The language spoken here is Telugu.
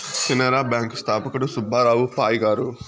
కెనరా బ్యాంకు స్థాపకుడు సుబ్బారావు పాయ్ గారు